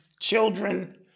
children